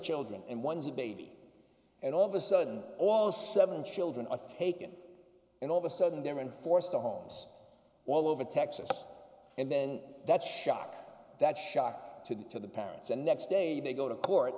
children and one is a baby and all of a sudden all seven children are taken and all of a sudden they're enforced to homes all over texas and then that shock that shock to the to the parents and next day they go to court